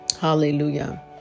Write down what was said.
Hallelujah